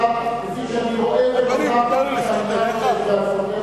כפי שאני רואה את הדבר, כל אחד מביע את דעתו,